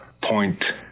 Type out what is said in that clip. point